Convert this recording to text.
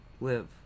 Live